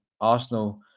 Arsenal